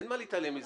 אין מה להתעלם מזה.